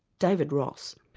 david ross.